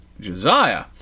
Josiah